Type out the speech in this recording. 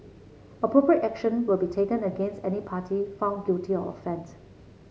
appropriate action will be taken against any party found guilty of offence